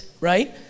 right